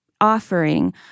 offering